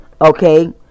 okay